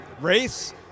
race